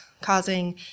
causing